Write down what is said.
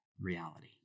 reality